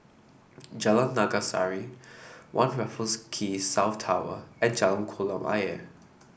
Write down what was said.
Jalan Naga Sari One Raffles Quay South Tower and Jalan Kolam Ayer